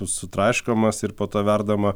sutraiškomas ir po to verdama